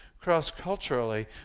cross-culturally